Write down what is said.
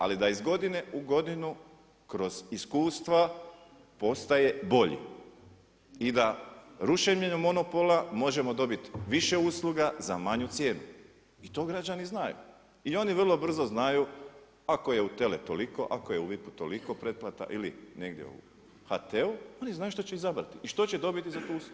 Ali da iz godine u godinu kroz iskustva postaje bolji i da rušenjem monopola možemo dobiti više usluga za manju cijenu i to građani znaju i oni vrlo brzo znaju ako je u Tele toliko, ali je u Vip-u toliko pretplata ili negdje u HT-u oni znaju što će izabrati i što će dobiti za tu uslugu.